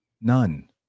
None